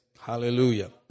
Hallelujah